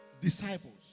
disciples